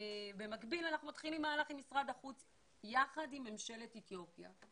במקביל אנחנו מתחילים מהלך עם משרד החוץ יחד עם ממשלת אתיופיה.